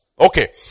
Okay